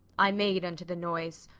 i made unto the noise,